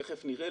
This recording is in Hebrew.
תכף נראה,